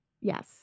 yes